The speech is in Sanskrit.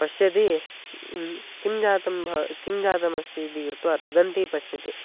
पश्यति किं जातं भव किं जातमस्ति इति कृत्वा रुदन्ति पश्यति